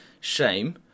Shame